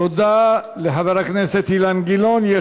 תודה לחבר הכנסת אילן גילאון.